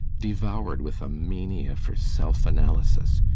devoured with a mania for self-analysis.